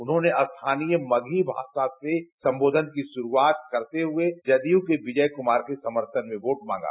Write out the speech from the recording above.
उन्होंने स्थानीय मगही भाषा से संबोधन की शुरुआत करते हुए जदयू के विजय कुमार के समर्थन में वोट मांगा